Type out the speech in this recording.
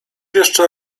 jeszcze